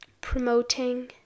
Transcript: Promoting